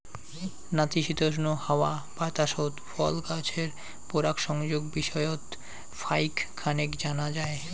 নাতিশীতোষ্ণ হাওয়া বাতাসত ফল গছের পরাগসংযোগ বিষয়ত ফাইক খানেক জানা যায়